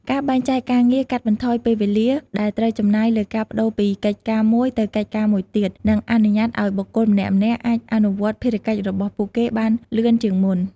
ការបែងចែកការងារកាត់បន្ថយពេលវេលាដែលត្រូវចំណាយលើការប្តូរពីកិច្ចការមួយទៅកិច្ចការមួយទៀត និងអនុញ្ញាតឱ្យបុគ្គលម្នាក់ៗអាចអនុវត្តភារកិច្ចរបស់ពួកគេបានលឿនជាងមុន។